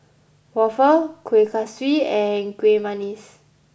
Waffle Kueh Kaswi and Kueh Manggis